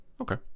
Okay